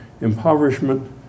impoverishment